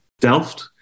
Delft